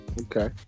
Okay